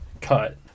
Cut